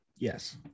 Yes